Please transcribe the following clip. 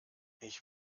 ich